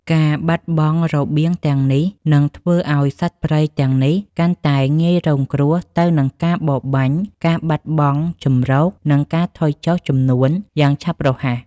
ការបាត់បង់របៀងទាំងនេះនឹងធ្វើឱ្យសត្វព្រៃទាំងនេះកាន់តែងាយរងគ្រោះទៅនឹងការបរបាញ់ ការបាត់បង់ជម្រក និងការថយចុះចំនួនយ៉ាងឆាប់រហ័ស។